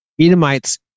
Edomites